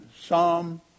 Psalm